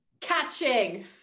Catching